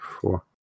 four